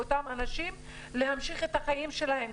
לאותם אנשים להמשיך את החיים שלהם,